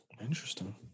Interesting